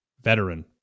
Veteran